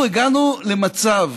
אנחנו הגענו למצב,